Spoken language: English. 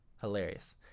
Hilarious